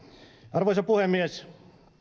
arvoisa puhemies